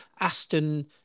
Aston